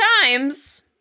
times